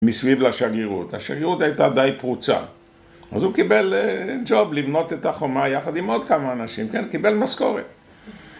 ‫מסביב לשגרירות. ‫השגרירות הייתה די פרוצה. ‫אז הוא קיבל שוב לבנות את החומה ‫יחד עם עוד כמה אנשים, ‫קיבל משכורת.